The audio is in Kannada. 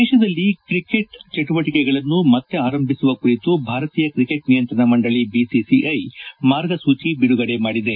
ದೇಶದಲ್ಲಿ ಕ್ರಿಕೆಟ್ ಚಿಟುವಟಿಕೆಗಳನ್ನು ಮತ್ತೆ ಆರಂಭಿಸುವ ಕುರಿತು ಭಾರತೀಯ ಕ್ರಿಕೆಟ್ ನಿಯಂತ್ರಣ ಮಂಡಳಿ ಬಿಸಿಐ ಮಾರ್ಗಸೂಚಿ ಬಿಡುಗಡೆ ಮಾಡಿದೆ